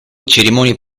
cerimonie